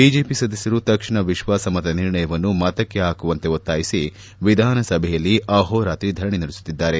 BJP ಸದಸ್ಯರು ತಕ್ಷಣ ವಿಶ್ವಾಸಮತ ನಿರ್ಣಯವನ್ನು ಮತಕ್ಕೆ ಹಾಕುವಂತೆ ಒತ್ತಾಯಿಸಿ ವಿಧಾನಸಭೆಯಲ್ಲಿ ಅಹೋರಾತ್ರಿ ಧರಣಿ ನಡೆಸುತ್ತಿದ್ದಾರೆ